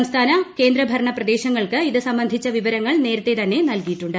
സംസ്ഥാന കേന്ദ്രഭരണ പ്രദേശങ്ങൾക്ക് ഇത് സംബന്ധിച്ച വിവരങ്ങൾ നേരത്തെ തന്നെ നൽകിയിട്ടുണ്ട്